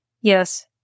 Yes